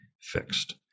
fixed